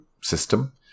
system